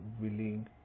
willing